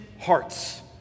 hearts